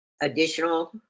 Additional